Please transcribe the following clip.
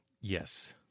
yes